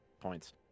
points